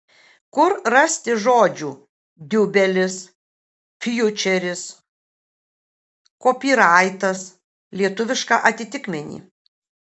kur rasti žodžių diubelis fjučeris kopyraitas lietuvišką atitikmenį